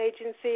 agency